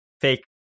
fake